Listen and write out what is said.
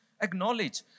acknowledge